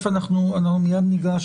אנחנו מיד ניגש